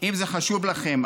אם זה חשוב לכם,